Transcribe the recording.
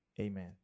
amen